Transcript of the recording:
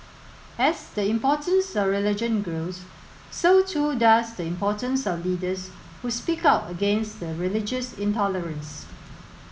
as the importance of religion grows so too does the importance of leaders who speak out against the religious intolerance